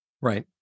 right